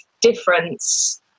difference